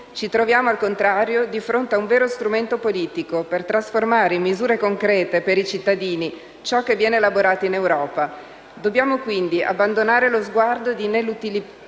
Ci troviamo, al contrario, di fronte ad un vero strumento politico per trasformare in misure concrete per i cittadini ciò che viene elaborato in Europa. Dobbiamo quindi abbandonare lo sguardo di ineluttabilità,